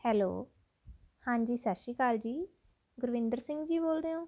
hello ਹਾਂਜੀ ਸਤਿ ਸ਼੍ਰੀ ਅਕਾਲ ਜੀ ਗੁਰਵਿੰਦਰ ਸਿੰਘ ਜੀ ਬੋਲਦੇ ਹੋ